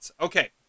Okay